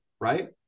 right